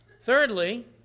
Thirdly